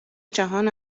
جهان